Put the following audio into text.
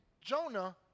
Jonah